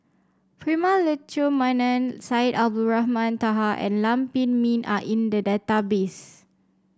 Prema Letchumanan Syed Abdulrahman Taha and Lam Pin Min are in the database